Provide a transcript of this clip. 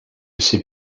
ces